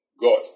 God